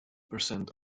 percent